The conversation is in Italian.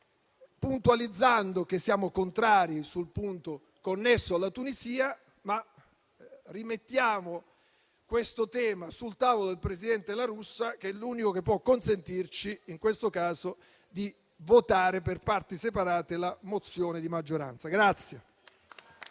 puntualizzando che siamo contrari sul punto connesso alla Tunisia, limitandosi a rimettere questo tema sul tavolo del presidente La Russa, che è l'unico che può consentirci in questo caso di votare per parti separate la proposta di risoluzione